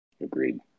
Agreed